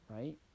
right